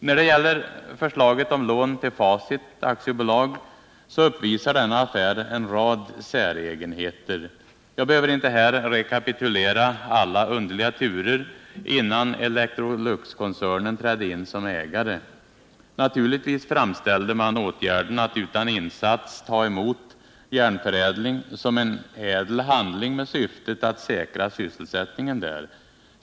När det gäller förslaget om lån till Facit AB så uppvisar denna affär en rad säregenheter. Jag behöver inte här rekapitulera alla underliga turer innan Electroluxkoncernen trädde in som ägare. Naturligtvis framställde man åtgärden att utan insats ta emot Järnförädling som en ädel handling med syftet att säkra sysselsättningen där.